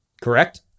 Correct